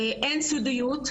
אין סודיות,